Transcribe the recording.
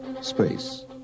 Space